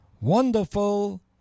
Wonderful